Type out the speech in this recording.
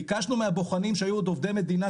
ביקשנו מהבוחנים שהיו עוד עובדי מדינה,